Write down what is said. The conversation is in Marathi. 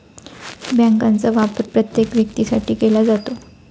बँकांचा वापर प्रत्येक व्यक्तीसाठी केला जातो